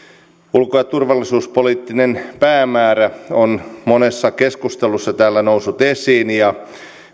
ulko ja turvallisuuspoliittinen päämäärä on monessa keskustelussa täällä noussut esiin ja